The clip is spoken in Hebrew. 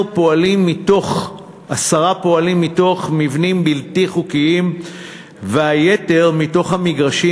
עשרה פועלים במבנים בלתי חוקיים והיתר במגרשים